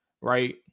Right